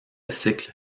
cycle